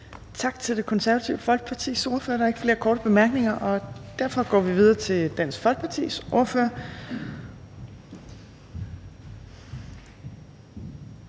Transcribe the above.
Tak til Det Konservative Folkepartis ordfører. Der er ikke flere korte bemærkninger. Derfor går vi videre til Dansk Folkepartis ordfører,